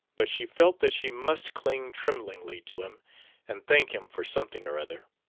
but she felt that she must cling tremblingly to him and thank him for something or other.